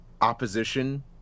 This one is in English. opposition